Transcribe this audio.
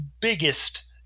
biggest